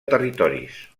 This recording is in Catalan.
territoris